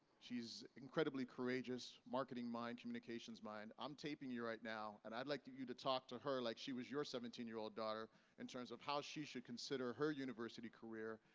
she's incredibly courageous marketing mind, communications mind. i'm taping you right now and i'd like you to talk to her like she was your seventeen year old daughter in terms of how she should consider her university career,